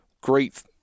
great